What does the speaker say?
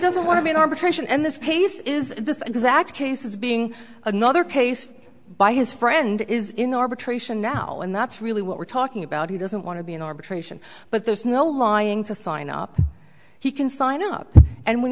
doesn't want to be an arbitration and this case is this exact case is being another case by his friend is in arbitration now and that's really what we're talking about he doesn't want to be an arbitration but there's no lying to sign up he can sign up and when